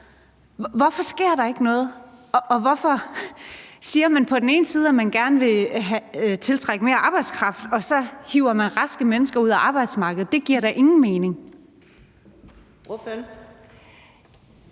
Hvorfor sker der ikke noget? Og hvorfor siger man på den ene side, at man gerne vil tiltrække mere arbejdskraft, og så hiver man på den anden side raske mennesker ud af arbejdsmarkedet? Det giver da ingen mening.